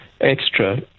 extra